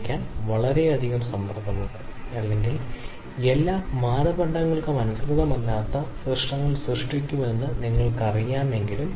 അതിനാൽ ടാഗുച്ചി യഥാർത്ഥത്തിൽ എന്താണെന്ന് കണ്ടെത്താൻ ഗണിതശാസ്ത്രപരമായി ശ്രമിക്കാം ഗുണനിലവാര നഷ്ടം എന്നാണ് അർത്ഥമാക്കുന്നത്